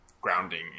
grounding